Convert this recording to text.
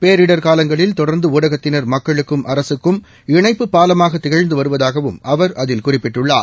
பேரிடர் காலங்களில் தொடர்ந்து ஊடகத்தினர் மக்களுக்கும் அரசுக்கும் இணைப்புப் பாலமாக திகழ்ந்து வருவதாகவும் அவர் அதில் குறிப்பிட்டுள்ளார்